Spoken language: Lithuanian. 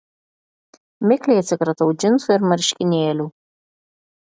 mikliai atsikratau džinsų ir marškinėlių